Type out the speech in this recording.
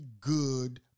good